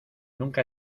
nunca